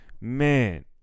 Man